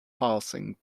passing